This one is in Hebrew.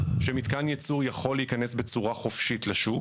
שמתקן ייצור יכול להיכנס בצורה חופשית לשוק.